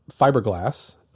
fiberglass